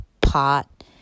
pot